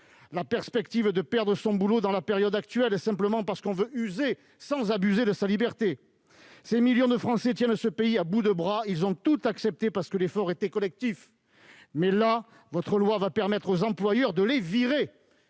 la perspective de perdre son boulot dans la période actuelle, simplement parce que l'on veut user, sans en abuser, de sa liberté ! Ces millions de Français tiennent ce pays à bout de bras. Ils ont tout accepté, parce que l'effort était collectif. Mais là, votre loi va permettre aux employeurs de les virer.